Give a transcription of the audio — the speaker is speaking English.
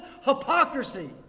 hypocrisy